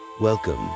Welcome